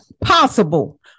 possible